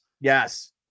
Yes